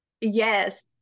Yes